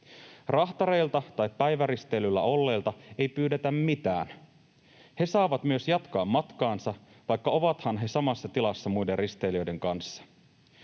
Rahtareilta tai päiväristeilyllä olleilta ei pyydetä mitään. He saavat myös jatkaa matkaansa, vaikka ovathan he samassa tilassa muiden risteilijöiden kanssa...